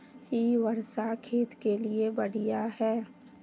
इ वर्षा खेत के लिए बढ़िया है?